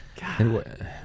God